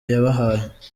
yabahaye